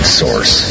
source